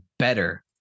Better